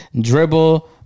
Dribble